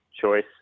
choice